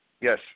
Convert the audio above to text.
Yes